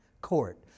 court